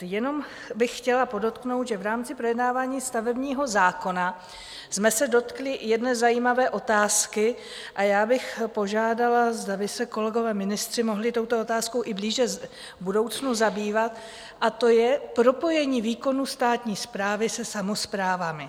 Jenom bych chtěla podotknout, že v rámci projednávání stavebního zákona jsme se dotkli jedné zajímavé otázky, a já bych požádala, zda by se kolegové ministři mohli touto otázkou i blíže v budoucnu zabývat, a to je propojení výkonu státní správy se samosprávami.